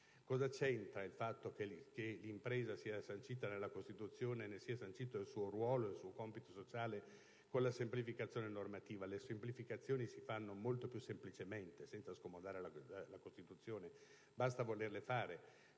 Cosa c'entra il fatto che l'impresa sia sancita nella Costituzione e ne siano sanciti il ruolo e il compito sociale con la semplificazione normativa? Le semplificazioni si fanno molto più semplicemente, senza scomodare la Costituzione, basta volerle fare.